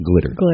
Glitter